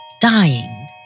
dying